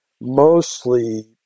Mostly